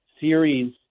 series